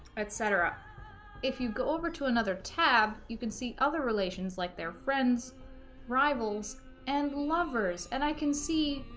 etc if you go over to another tab you can see other relations like their friends rivals and lovers and i can see